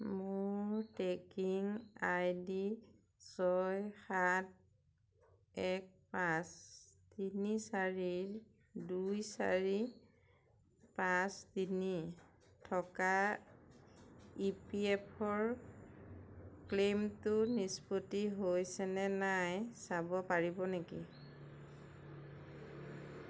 মোৰ tracking I D ছয় সাত এক পাঁচ তিনি চাৰি দুই চাৰি পাঁচ তিনি থকা ই পি এফ অ'ৰ ক্লেইমটো নিষ্পত্তি হৈছে নে নাই চাব পাৰিব নেকি